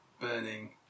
burning